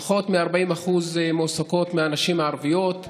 פחות מ-40% מהנשים הערביות מועסקות,